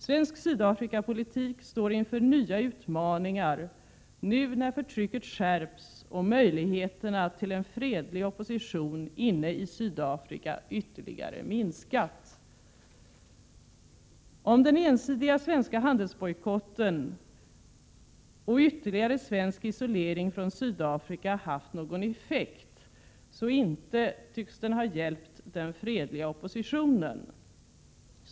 Svensk Sydafrikapolitik står inför nya utmaningar nu när förtrycket skärps och möjligheterna till en fredlig opposition inne i Sydafrika ytterligare minskat. Om den ensidiga svenska handelsbojkotten och ytterligare svensk isolering från Sydafrika haft någon effekt så inte tycks den ha hjälpt den fredliga oppositionen.